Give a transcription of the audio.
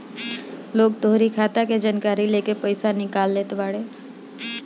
लोग तोहरी खाता के जानकारी लेके पईसा निकाल लेत बाने